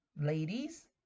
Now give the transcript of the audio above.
Ladies